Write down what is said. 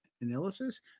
analysis